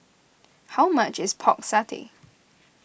how much is Pork Satay